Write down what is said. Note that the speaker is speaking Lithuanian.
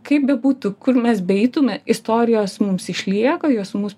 kaip bebūtų kur mes beeitume istorijos mums išlieka jos mus